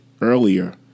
earlier